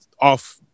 off